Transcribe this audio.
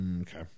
Okay